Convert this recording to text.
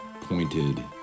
pointed